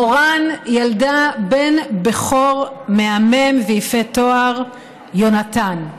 מורן ילדה בן בכור מהמם ויפה תואר, יהונתן.